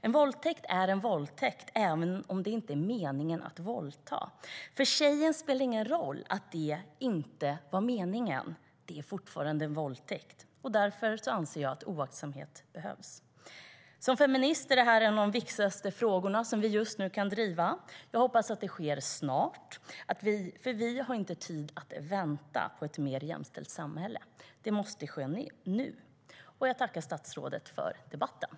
En våldtäkt är en våldtäkt även om det inte är meningen att våldta. För tjejen spelar det ingen roll att "det inte var meningen". Det är fortfarande en våldtäkt. Därför anser jag att detta med oaktsamhet behövs.